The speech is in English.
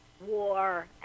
War